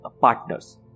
partners